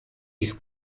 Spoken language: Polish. ich